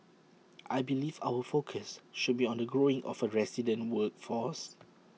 I believe our focus should be on the growing of A resident workforce